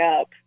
up